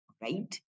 right